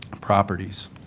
properties